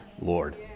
Lord